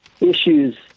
issues